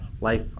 Life